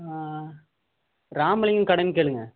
ராமலிங்கம் கடைன்னு கேளுங்கள்